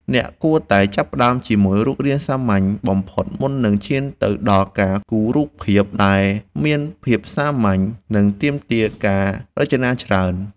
អ្នកគួរតែចាប់ផ្តើមជាមួយរូបរាងសាមញ្ញបំផុតមុននឹងឈានទៅដល់ការគូររូបភាពដែលមានភាពស្មុគស្មាញ និងទាមទារការរចនាច្រើន។